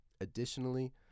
Additionally